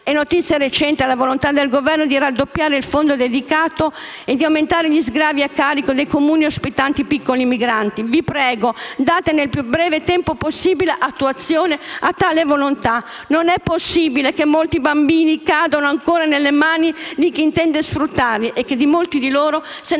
È notizia recente la volontà del Governo di raddoppiare il fondo dedicato e di aumentare gli sgravi a carico dei Comuni ospitanti i piccoli migranti. Vi prego: date nel più breve tempo possibile attuazione a tale volontà. Non è possibile che molti bambini cadano ancora nelle mani di chi intende sfruttarli e che di molti di loro se ne